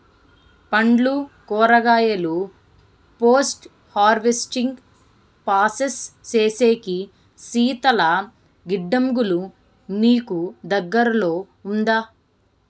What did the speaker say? పండ్లు కూరగాయలు post harvesting process సేసేకి శీతల గిడ్డంగులు మీకు దగ్గర్లో ఉందా?